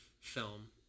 film